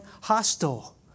hostile